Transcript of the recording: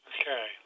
Okay